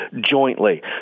jointly